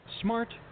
Smart